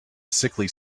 sickly